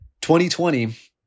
2020